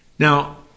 Now